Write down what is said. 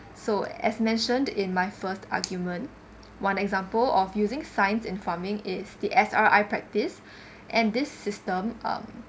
so as mentioned in my first argument one example of using science in farming is the S_R_I practice and this system um